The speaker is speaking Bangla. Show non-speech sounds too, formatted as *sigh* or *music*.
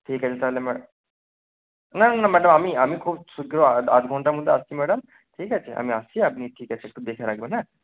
ঠিক আছে তাহলে *unintelligible* না না না ম্যাডাম আমি আমি খুব শীঘ্র আদ আধ ঘন্টার মধ্যে আসছি ম্যাডাম ঠিক আছে আমি আসছি আপনি ঠিক আছে একটু দেখে রাখবেন হ্যাঁ